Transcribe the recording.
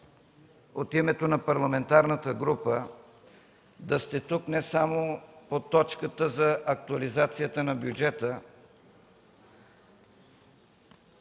от името на парламентарната група, да сте тук не само по точката за актуализацията на бюджета